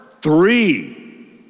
three